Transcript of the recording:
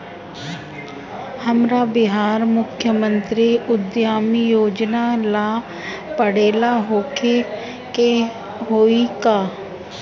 हमरा बिहार मुख्यमंत्री उद्यमी योजना ला पढ़ल होखे के होई का?